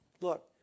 look